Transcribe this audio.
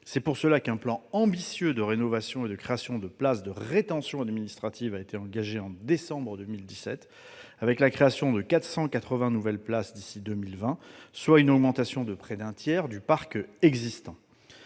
et matériels. Un plan ambitieux de rénovation et de création de places de rétention administrative a ainsi été engagé en décembre 2017, avec la création de 480 nouvelles places d'ici à 2020, soit une augmentation de près d'un tiers du parc existant.